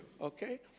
Okay